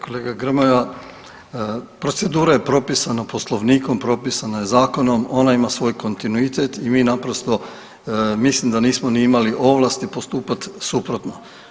Kolega Grmoja, procedura je propisana Poslovnikom, propisana je zakonom, ona ima svoj kontinuitet i mi naprosto mislim da nismo ni imali ovlasti postupat suprotno.